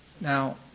Now